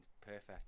perfect